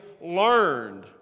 learned